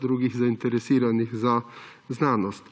drugih zainteresiranih za znanost.